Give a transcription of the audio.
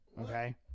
Okay